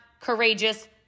courageous